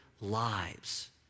lives